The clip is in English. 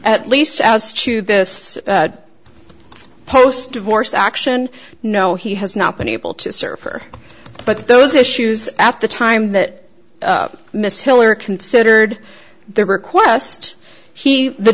at least as to this post divorce action no he has not been able to serve her but those issues at the time that miss hill are considered the request he the